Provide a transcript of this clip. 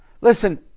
Listen